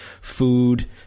food